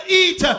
eat